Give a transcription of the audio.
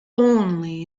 only